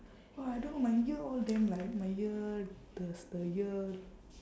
!wah! I don't know my ear all damn like my ear the the ear